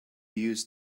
use